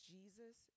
Jesus